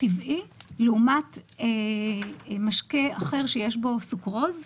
טבעי לעומת משקה אחר שיש בו סוכרוז,